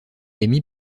émis